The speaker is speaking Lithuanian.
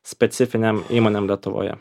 specifinėm įmonėm lietuvoje